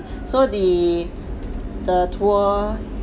so the the tour